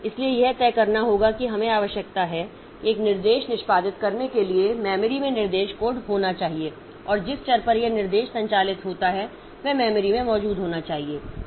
इसलिए यह तय करना होगा कि हमें आवश्यकता है कि एक निर्देश निष्पादित करने के लिए मेमोरी में निर्देश कोड होना चाहिए और जिस चर पर यह निर्देश संचालित होता है वह मेमोरी में मौजूद होना चाहिए